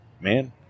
man